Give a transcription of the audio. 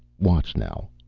watch, now!